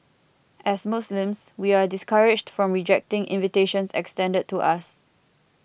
as Muslims we are discouraged from rejecting invitations extended to us